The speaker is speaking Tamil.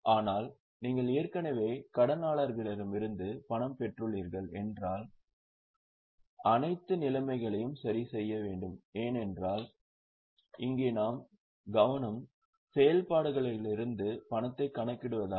ஆனால் நீங்கள் ஏற்கனவே கடனாளர்களிடமிருந்து பணம் பெற்றுள்ளீர்கள் என்றால் அனைத்து நிகர்களையும் சரிசெய்ய வேண்டும் ஏனென்றால் இங்கே நம் கவனம் செயல்பாடுகளிலிருந்து பணத்தைக் கணக்கிடுவதாகும்